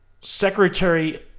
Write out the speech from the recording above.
Secretary